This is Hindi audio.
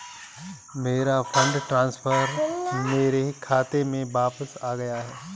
मेरा फंड ट्रांसफर मेरे खाते में वापस आ गया है